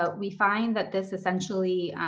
ah we find that this essentially,